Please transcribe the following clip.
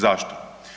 Zašto?